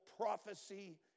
prophecy